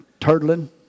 Turtling